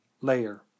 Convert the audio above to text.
layer